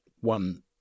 one